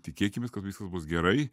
tikėkimės kad viskas bus gerai